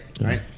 Right